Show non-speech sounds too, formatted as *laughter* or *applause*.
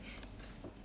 *breath*